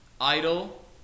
Idle